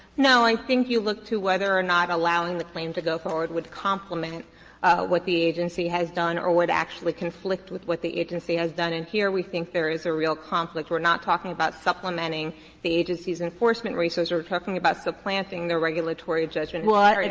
no. i think you look to whether or not allowing the claim to go forward would complement what the agency has done or would actually conflict with what the agency has done. and here, we think there is a real conflict. we're not talking about supplementing the agency's enforcement resources. we're talking about supplanting their regulatory judgment in ah the